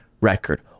record